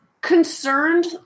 concerned